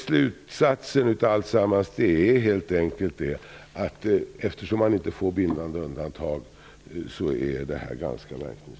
Slutsatsen av det hela är helt enkelt att detta är ganska verkningslöst, eftersom man inte får bindande undantag.